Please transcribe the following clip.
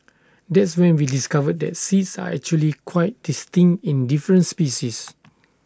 that's when we discovered that seeds are actually quite distinct in different species